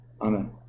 Amen